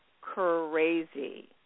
crazy